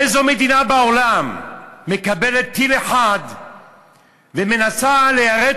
איזו מדינה בעולם מקבלת טיל אחד ומנסה ליירט